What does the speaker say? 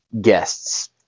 Guests